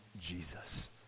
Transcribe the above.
Jesus